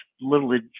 little